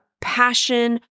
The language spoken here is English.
passion